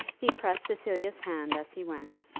he pressed cecilia's hand as he went,